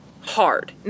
hard